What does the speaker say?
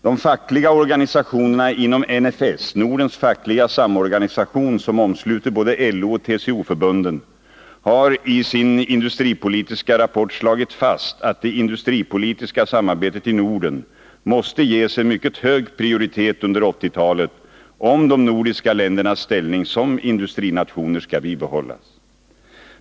De fackliga organisationerna inom NFS, Nordens fackliga samorganisation, som omsluter både LO och TCO förbunden, har i sin industripolitiska rapport slagit fast att det industripoli 121 tiska samarbetet i Norden måste ges en mycket hög prioritet under 1980-talet om de nordiska ländernas ställning som industrinationer skall bibehållas.